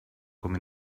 com